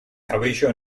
cabello